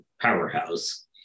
powerhouse